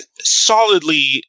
solidly